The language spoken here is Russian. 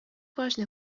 важной